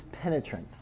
penetrance